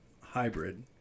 hybrid